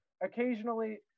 occasionally